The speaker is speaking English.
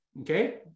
Okay